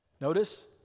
Notice